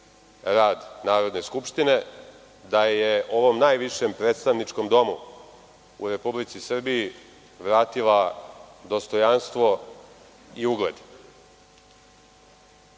rad Narodne skupštine, da je ovom najvišem predstavničkom domu u Republici Srbiji vratila dostojanstvo i